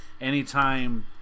anytime